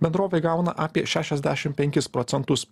bendrovė gauna apie šešiasdešim penkis procentus